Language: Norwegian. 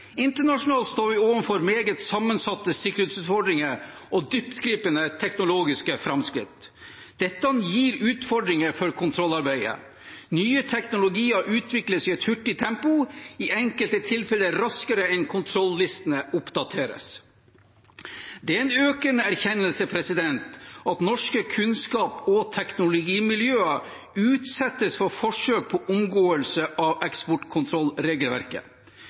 Internasjonalt står vi overfor meget sammensatte sikkerhetsutfordringer og dyptgripende teknologiske framskritt. Dette gir utfordringer for kontrollarbeidet. Nye teknologier utvikles i et hurtig tempo, i enkelte tilfeller raskere enn kontrollistene oppdateres. Det er en økende erkjennelse at norske kunnskaps- og teknologimiljøer utsettes for forsøk på omgåelse av eksportkontrollregelverket.